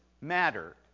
matter